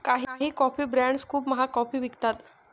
काही coffee brands खूप महाग कॉफी विकतात